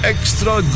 Extra